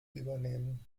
übernehmen